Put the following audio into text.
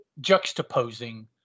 juxtaposing